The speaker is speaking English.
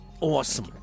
Awesome